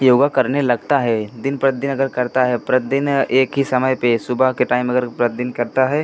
योग करने लगता है दिन पर दिन अगर करता है प्रतदिन या एक ही समय पर सुबह के टाइम अगर प्रतदिन करता है